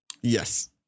Yes